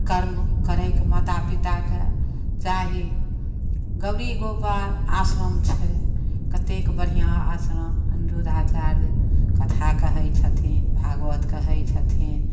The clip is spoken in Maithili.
आ कर्म करयके माता पिताके चाही गौरी गोपाल आश्रम छै कतेक बढ़िआँ आश्रम अनिरुद्धाचार्यजी कथा कहै छथिन भागवत कहै छथिन